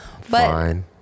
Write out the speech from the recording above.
Fine